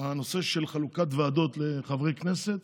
בנושא חלוקת ועדות לחברי כנסת,